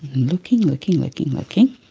looking, looking, looking, looking.